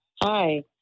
Hi